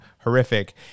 horrific